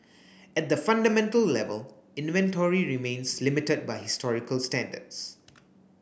at the fundamental level inventory remains limited by historical standards